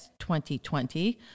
2020